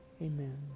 Amen